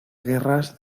guerras